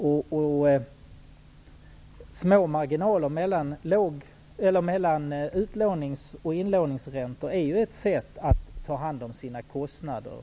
Att ha små marginaler mellan utlånings och inlåningsräntor är ett sätt att ta hand om kostnaderna.